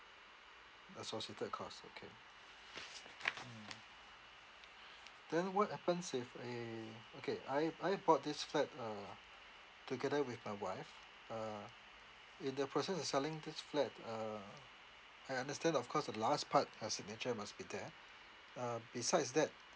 associated costs okay mm then what happens if a okay I I bought this flat uh together with my wife uh if the person is selling this flat uh I understand of course the last part her signature must be there uh besides that